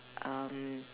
um